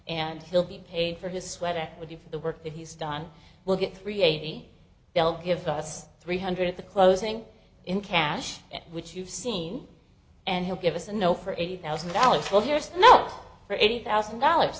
and he'll be paid for his sweat equity for the work that he's done we'll get three eighty they'll give us three hundred at the closing in cash which you've seen and he'll give us a no for eighty thousand dollars well there's no for eighty thousand dolla